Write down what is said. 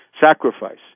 sacrifice